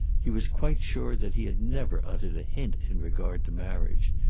he was quite sure that he had never uttered a hint in regard to marriage,